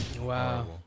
wow